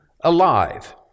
alive